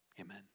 amen